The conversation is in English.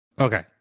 Okay